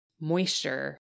moisture